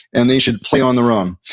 and they should play on their own,